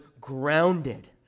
grounded